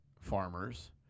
farmers